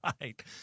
Right